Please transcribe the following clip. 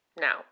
Now